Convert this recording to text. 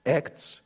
acts